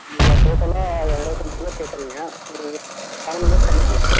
நீங்கள் டோட்டலாக இருபத்தஞ்சு கிலோ கேட்குறீங்க உங்களுக்கு செவன் ஹண்ட்ரட் பண்ணிக்கலாம்